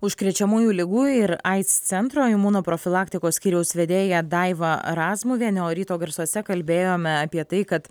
užkrečiamųjų ligų ir aids centro imunoprofilaktikos skyriaus vedėja daiva razmuvienė o ryto garsuose kalbėjome apie tai kad